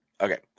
Okay